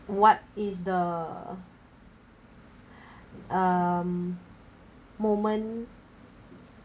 what is the um moment